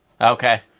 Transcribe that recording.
Okay